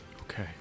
Okay